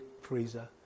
freezer